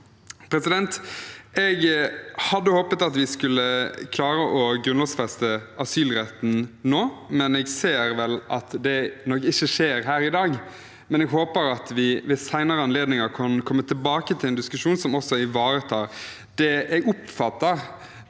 lovdokument. Jeg hadde håpet at vi skulle klare å grunnlovfeste asylretten nå, men jeg ser at det nok ikke skjer her i dag, men jeg håper at vi ved senere anledninger kan komme tilbake til en diskusjon som også ivaretar det jeg oppfatter